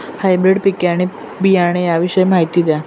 हायब्रिडची पिके आणि बियाणे याविषयी माहिती द्या